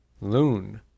loon